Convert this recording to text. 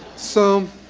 so